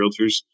realtors